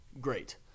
great